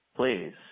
please